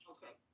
Okay